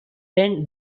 end